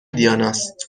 دیاناست